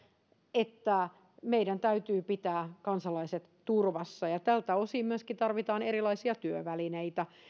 että meidän täytyy pitää kansalaiset turvassa ja tältä osin myöskin tarvitaan erilaisia työvälineitä